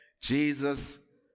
Jesus